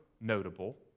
notable